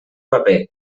paper